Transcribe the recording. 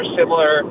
similar